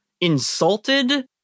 insulted